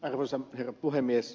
arvoisa herra puhemies